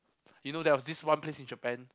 you know there was this one place in Japan